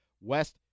West